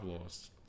lost